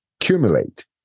accumulate